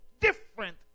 different